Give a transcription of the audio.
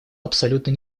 абсолютно